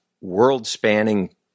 world-spanning